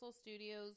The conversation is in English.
Studios